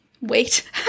wait